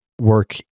work